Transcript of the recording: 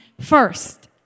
first